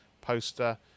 poster